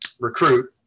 recruit